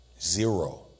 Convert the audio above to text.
Zero